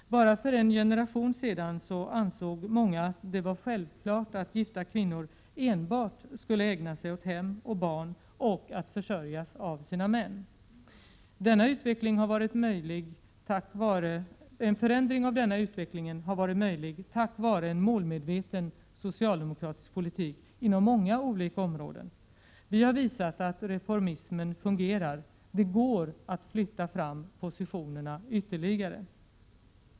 Bara för en generation sedan ansåg många att det var självklart att gifta kvinnor enbart skulle ägna sig åt hem och barn och att de skulle försörjas av sina män. Förändringen av denna utveckling har varit möjlig tack vare en målmedveten socialdemokratisk politik inom många olika områden. Vi har visat att reformismen fungerar. Det går att flytta fram positionerna ytterligare.